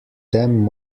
them